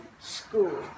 school